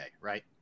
right